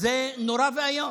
זה נורא ואיום,